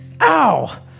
Ow